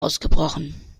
ausgebrochen